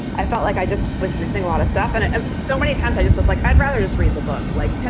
i felt like i just was missing a lot of stuff in it and so many times. i just was like, i'd rather just read the book. like,